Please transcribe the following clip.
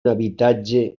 habitatge